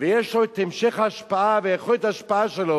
ויש לו המשך השפעה ויכולת ההשפעה שלו,